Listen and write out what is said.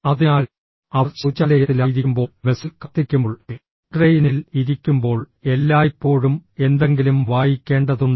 അതിനാൽ അവർ ശൌചാലയത്തിലായിരിക്കുമ്പോൾ ബസിൽ കാത്തിരിക്കുമ്പോൾ ട്രെയിനിൽ ഇരിക്കുമ്പോൾ എല്ലായ്പ്പോഴും എന്തെങ്കിലും വായിക്കേണ്ടതുണ്ട്